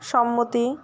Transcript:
সম্মতি